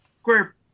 square